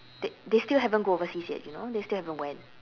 they they still haven't go overseas yet you know they still haven't went